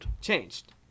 Changed